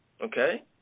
okay